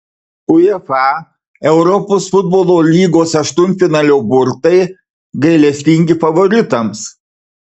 uefa europos futbolo lygos aštuntfinalio burtai gailestingi favoritams